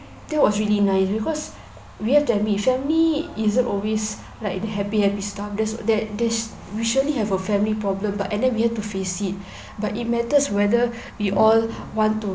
that was really nice because we have to admit family isn't always like happy happy stuff that there's we surely have a family problem but and then we have to face it but it matters whether we all want to